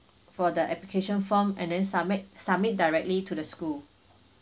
for the application form and then submit submit directly to the school